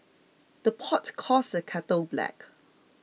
the pot calls the kettle black